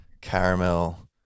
caramel